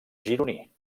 gironí